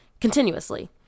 continuously